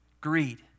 Greed